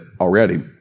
already